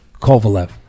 Kovalev